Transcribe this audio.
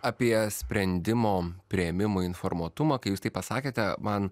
apie sprendimo priėmimo informuotumą kai jūs taip pasakėte man